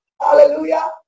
Hallelujah